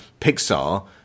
Pixar